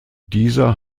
dieser